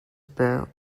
pair